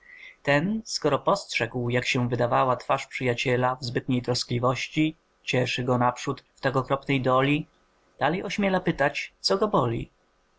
skoro postrzegł jak się wydawała twarz przyjaciela w zbytniej troskliwości cieszy go naprzód w tak okropnej doli dalej ośmiela pytać co go boli